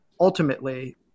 ultimately